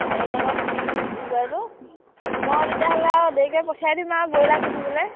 হেৰি আকৌ কি কয় এইটো মই তেতিয়াহ'লে আৰু দেৰিকৈ পঠিয়াই দিম আৰু ব্ৰইলাৰ কিনিবলৈ